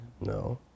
No